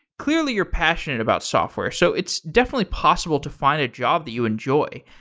clearly, you're passionate about software. so it's definitely possible to find a job that you enjoy.